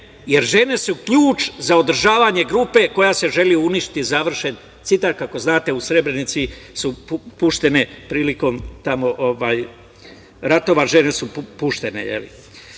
jer žene su ključ za održavanje grupe koja se želi uništiti, završen citat. Kako znate u Srebrenici su puštene prilikom ratova, žene su